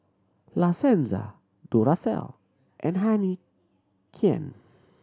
La Senza Duracell and Heinekein